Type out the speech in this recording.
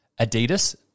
Adidas